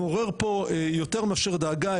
מעורר פה יותר מאשר דאגה,